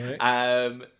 Right